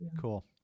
Cool